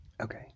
okay